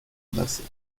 basset